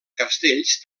castells